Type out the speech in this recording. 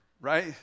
Right